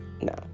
No